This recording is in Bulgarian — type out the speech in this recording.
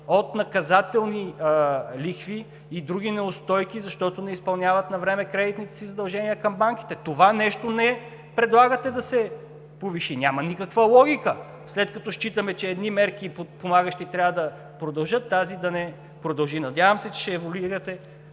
от наказателни лихви и други неустойки, защото не изпълняват навреме кредитните си задължения към банките. Това нещо не предлагате да се повиши. Няма никаква логика, след като считаме, че едни подпомагащи мерки трябва да продължат, тази да не продължи. Надявам се, че ще еволюирате